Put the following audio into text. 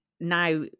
now